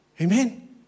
Amen